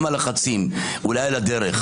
גם הלחצים אולי על הדרך,